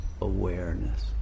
awareness